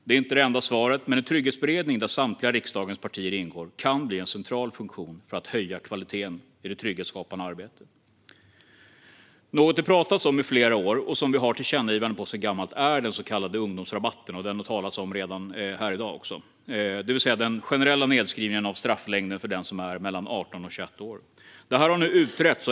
Det är inte det enda svaret, men en trygghetsberedning där samtliga riksdagens partier ingår kan bli en central funktion för att höja kvaliteten i det trygghetsskapande arbetet. Något som det talats om i flera år, och som vi har tillkännagivande om sedan gammalt, är den så kallade ungdomsrabatten som det också har talats om här tidigare i dag, det vill säga den generella nedskrivningen av strafflängden för den som är mellan 18 och 21 år. Detta har nu utretts.